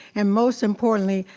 and most importantly,